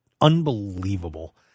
unbelievable